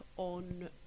on